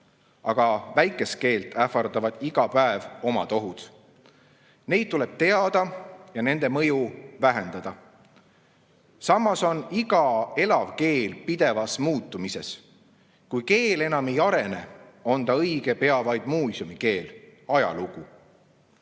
Aga väikest keelt ähvardavad iga päev omad ohud. Neid tuleb teada ja nende mõju vähendada. Samas on iga elav keel pidevas muutumises. Kui keel enam ei arene, on ta õige pea vaid muuseumikeel, ajalugu.